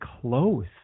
close